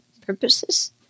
purposes